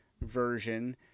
version